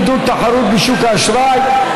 עידוד תחרות בשוק האשראי),